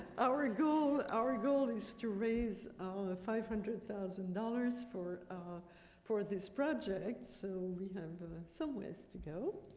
our ah goal our goal is to raise our five hundred thousand dollars for ah for this project, so we have some ways to go.